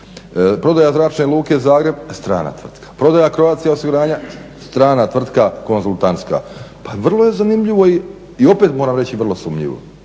Prodaja Zračne luke Zagreb, strana tvrtka. Prodaja Croatia osiguranja, strana tvrtka, konzultantska. Pa vrlo je zanimljivo, i opet moram reći vrlo sumnjivo,